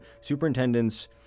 superintendents